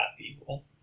people